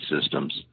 systems